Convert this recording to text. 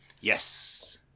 Yes